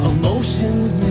emotions